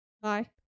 Bye